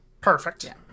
Perfect